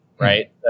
right